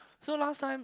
so last time